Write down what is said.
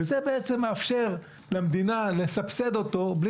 וזה בעצם מאפשר למדינה לסבסד אותו בלי